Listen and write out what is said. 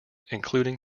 including